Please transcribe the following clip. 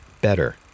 better